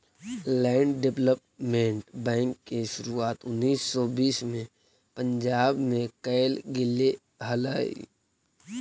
land development bank के शुरुआत उन्नीस सौ बीस में पंजाब में कैल गेले हलइ